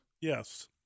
Yes